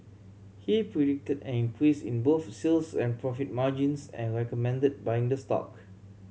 he predicted an increase in both sales and profit margins and recommended buying the stock